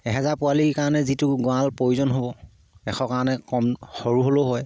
এহেজাৰ পোৱালিৰ কাৰণে যিটো গঁৰাল প্ৰয়োজন হ'ব এশৰ কাৰণে কম সৰু হ'লেও হয়